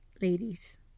ladies